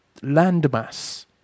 landmass